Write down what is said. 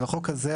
על החוק הזה,